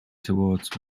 towards